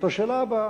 את השאלה הבאה: